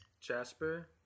Jasper